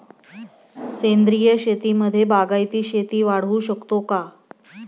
सेंद्रिय शेतीमध्ये बागायती शेती वाढवू शकतो का?